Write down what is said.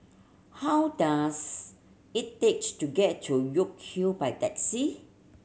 how does it take to get to York Hill by taxi